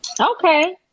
Okay